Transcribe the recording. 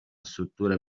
struttura